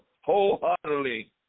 wholeheartedly